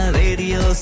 radio